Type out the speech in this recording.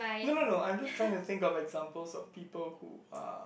no no no I'm just trying to think of examples of people who are